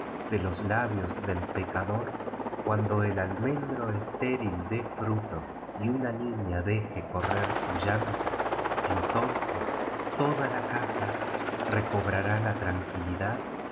de los labio del pecador c uando el almendro eslru dc fruto y una niña d correr stí llanto entono toda la oa a rfcobrarjl